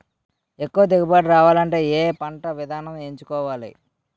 ఎక్కువ దిగుబడి రావాలంటే ఏ పంట విధానం ఎంచుకోవాలి?